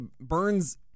Burns